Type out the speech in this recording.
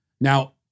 Now